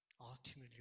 Ultimately